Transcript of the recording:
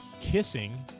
kissing